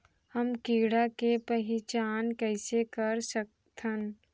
हम कीड़ा के पहिचान कईसे कर सकथन